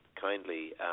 kindly